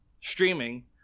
streaming